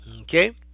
Okay